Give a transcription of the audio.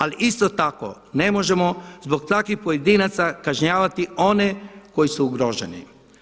Ali isto tako ne možemo zbog takvih pojedinaca kažnjavati one koji su ugroženi.